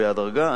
בהדרגה.